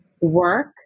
work